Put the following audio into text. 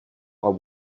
are